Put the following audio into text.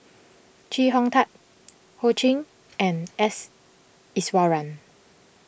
Chee Hong Tat Ho Ching and S Iswaran